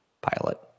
pilot